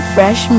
Fresh